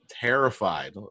terrified